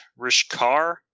Rishkar